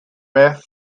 meth